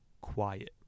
Quiet